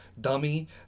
dummy